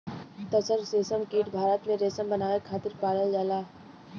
तसर रेशमकीट भारत में रेशम बनावे खातिर पालल जाला